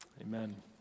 Amen